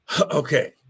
okay